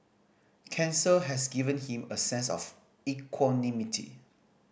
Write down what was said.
cancer has given him a sense of equanimity